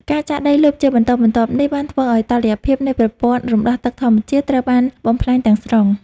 ការចាក់ដីលុបជាបន្តបន្ទាប់នេះ បានធ្វើឱ្យតុល្យភាពនៃប្រព័ន្ធរំដោះទឹកធម្មជាតិត្រូវបានបំផ្លាញទាំងស្រុង។